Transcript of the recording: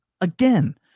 again